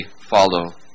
follow